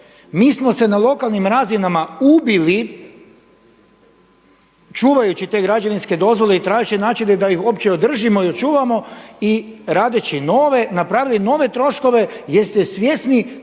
Mi smo se na lokalnim razinama ubili čuvajući te građevinske dozvole i tražili načine da ih uopće održimo i očuvamo i radeći nove, napravili nove troškove. Jeste svjesni